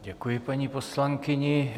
Děkuji paní poslankyni.